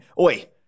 Oi